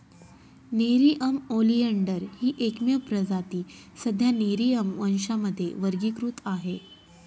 Nerium oleander ही एकमेव प्रजाती सध्या नेरिअम वंशामध्ये वर्गीकृत आहे